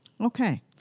Okay